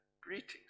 Greetings